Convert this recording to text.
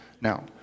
Now